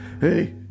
Hey